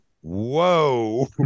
whoa